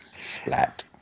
splat